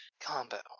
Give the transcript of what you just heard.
Combo